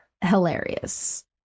hilarious